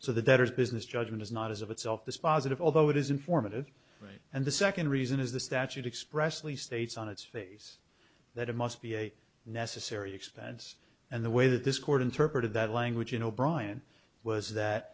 so the debtors business judgment is not as of itself dispositive although it is informative and the second reason is the statute expressly states on its face that it must be a necessary expense and the way that this court interpreted that language in o'brien was that